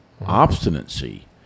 obstinacy